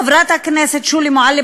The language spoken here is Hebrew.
חברת הכנסת שולי מועלם,